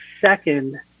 second